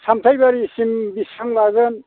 सामथाइबारिसिम बेसेबां लागोन